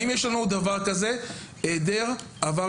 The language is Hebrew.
האם יש טופס מסוג כזה גם בנושא עבר ביטחוני?